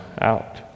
out